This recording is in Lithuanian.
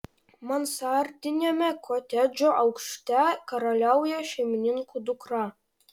mansardiniame kotedžo aukšte karaliauja šeimininkų dukra